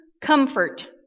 comfort